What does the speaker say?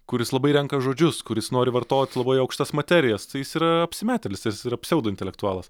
kuris labai renka žodžius kuris nori vartot labai aukštas materijas jis yra apsmetėlis jis yra pseudointelektualas